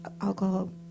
alcohol